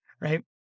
right